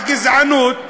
הגזענות,